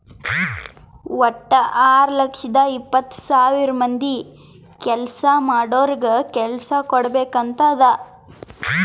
ವಟ್ಟ ಆರ್ ಲಕ್ಷದ ಎಪ್ಪತ್ತ್ ಸಾವಿರ ಮಂದಿ ಕೆಲ್ಸಾ ಮಾಡೋರಿಗ ಕೆಲ್ಸಾ ಕುಡ್ಬೇಕ್ ಅಂತ್ ಅದಾ